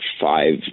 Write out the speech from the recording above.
five